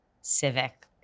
civic